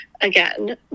again